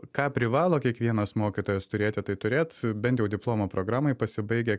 ką privalo kiekvienas mokytojas turėti tai turėt bent jau diplomo programoj pasibaigę